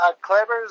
Clever